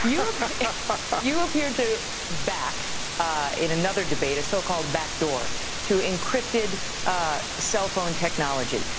yeah you appear to back in another debate, a so-called back door to encrypted cell phone technology,